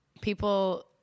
people